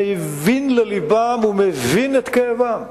מבין ללבם ומבין את כאבם,